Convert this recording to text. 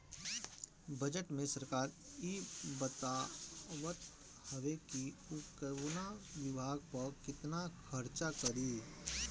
budget में सरकार इ बतावत हवे कि उ कवना विभाग पअ केतना खर्चा करी